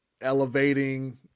elevating